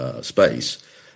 space